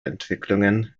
entwicklungen